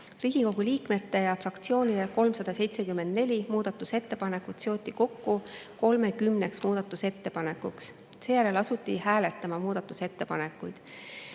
Riigikogu liikmete ja fraktsioonide 374 muudatusettepanekut seoti kokku 30 muudatusettepanekuks. Seejärel asuti hääletama muudatusettepanekuid.